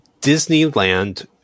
Disneyland